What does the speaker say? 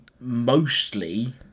Mostly